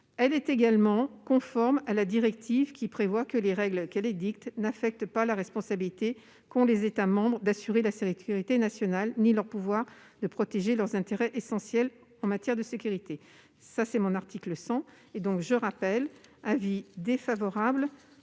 Elle est également conforme à la directive, qui prévoit que les règles qu'elle édicte n'affectent pas la responsabilité qu'ont les États membres d'assurer la sécurité nationale ni leur pouvoir de protéger leurs intérêts essentiels en matière de sécurité. Quel est l'avis du Gouvernement ? Dans la